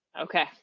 Okay